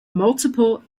multiple